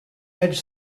edge